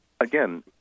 Again